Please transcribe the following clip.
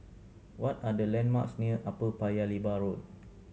what are the landmarks near Upper Paya Lebar Road